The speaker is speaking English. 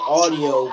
audio